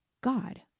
God